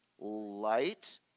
light